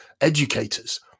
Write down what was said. educators